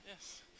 Yes